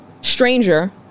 stranger